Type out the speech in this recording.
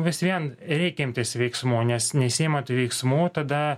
vis vien reikia imtis veiksmų nes nesiimant veiksmų tada